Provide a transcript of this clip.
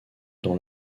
dans